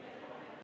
Kõik